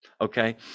Okay